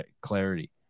clarity